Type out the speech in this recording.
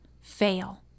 fail